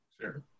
Sure